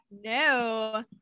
No